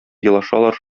елашалар